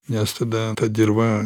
nes tada ta dirva